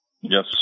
yes